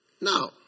Now